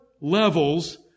levels